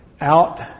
out